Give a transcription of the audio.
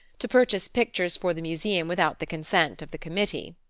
to purchase pictures for the museum without the consent of the committee.